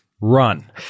run